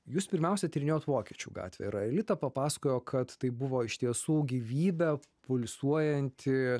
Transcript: jūs pirmiausia tyrinėjot vokiečių gatvę ir aelita papasakojo kad tai buvo iš tiesų gyvybe pulsuojanti